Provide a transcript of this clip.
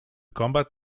combat